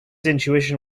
intuition